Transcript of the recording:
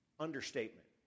understatement